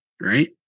right